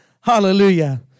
Hallelujah